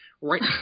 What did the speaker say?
Right